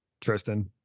Tristan